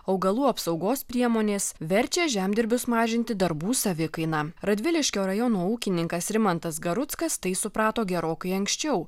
augalų apsaugos priemonės verčia žemdirbius mažinti darbų savikainą radviliškio rajono ūkininkas rimantas garuckas tai suprato gerokai anksčiau